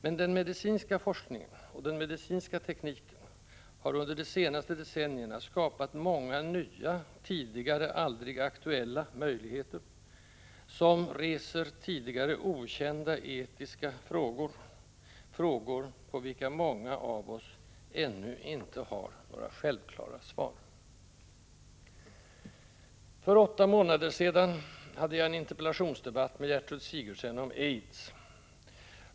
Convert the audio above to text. Men den medicinska forskningen och den medicinska tekniken har under de senaste decennierna skapat många nya, tidigare aldrig aktuella möjligheter, som reser tidigare okända etiska frågor — frågor på vilka många av oss ännu inte har några självklara svar. För åtta månader sedan hade jag en interpellationsdebatt med Gertrud Sigurdsen om AIDS.